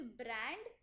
brand